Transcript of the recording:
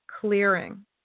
clearing